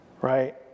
Right